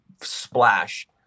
splash